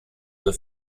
the